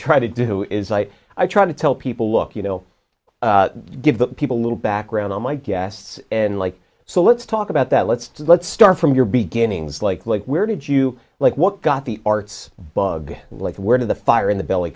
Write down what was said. try to do is i i try to tell people look you know give people a little background on my guests and like so let's talk about that let's let's start from your beginnings like like where did you like what got the arts bug like word of the fire in the belly